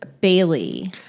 Bailey